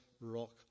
rock